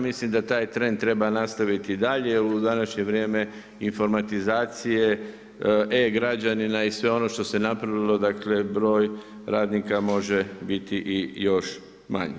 Mislim da taj trend treba nastaviti i dalje, jer u današnje vrijeme informatizacije e-građanina i sve ono što se napravilo, dakle broj radnika može biti i još manji.